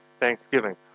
thanksgiving